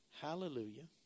Hallelujah